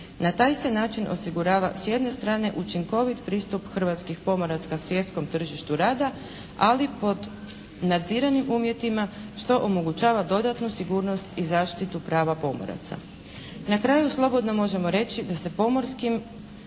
Na taj se način osigurava s jedne strane učinkovit pristup hrvatskih pomoraca na svjetskom tržištu rada, ali pod nadziranim uvjetima što omogućava dodatnu sigurnost i zaštitu prava pomoraca. Na kraju slobodno možemo reći da se pomorskom